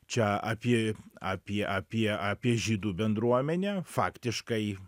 čia apie apie apie apie žydų bendruomenę faktiškai